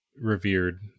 revered